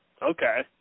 Okay